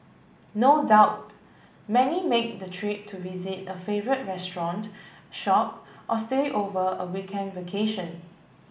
no doubt many make the trip to visit a favourite restaurant shop or stay over a weekend vacation